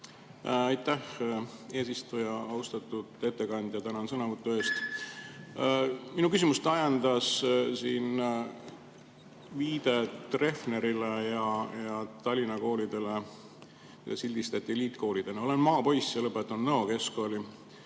Aitäh, eesistuja! Austatud ettekandja, tänan sõnavõtu eest! Minu küsimust ajendas viide Treffnerile ja Tallinna koolidele, mida sildistati eliitkoolidena. Olen maapoiss ja lõpetanud Nõo keskkooli,